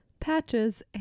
Patches